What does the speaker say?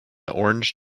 orange